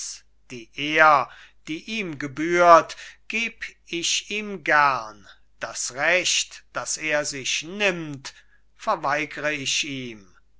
die ehr die ihm gebührt geb ich ihm gern das recht das er sich nimmt verweigr ich ihm